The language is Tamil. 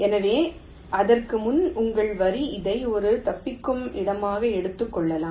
எனவே அதற்கு முன் உங்கள் வரி இதை ஒரு தப்பிக்கும் இடமாக எடுத்துக் கொள்ளலாம்